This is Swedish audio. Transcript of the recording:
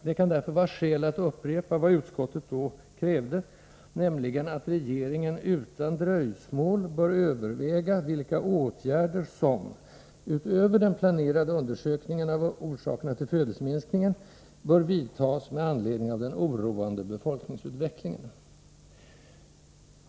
Det kan därför vara skäl att upprepa vad utskottet då krävde, nämligen att ”regeringen utan dröjsmål bör överväga vilka åtgärder som — utöver den planerade undersökningen av orsakerna till födelseminskningen — bör vidtas med anledning av den oroande befolkningsutvecklingen”.